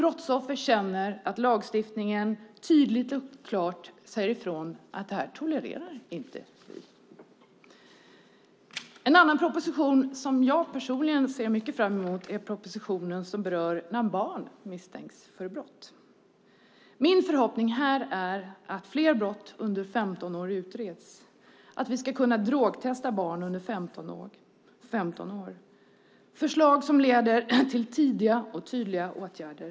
Brottsoffer ska känna att lagstiftningen tydligt och klart säger ifrån att det här inte tolereras. En proposition som jag personligen ser mycket fram emot är propositionen som berör barn misstänkta för brott. Min förhoppning här är att fler brott begångna av barn under 15 år utreds och att barn under 15 år kan drogtestas. Det är förslag som leder till tidiga och tydliga åtgärder.